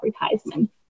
advertisement